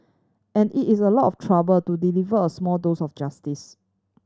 and it is a lot of trouble to deliver a small dose of justice